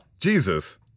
Jesus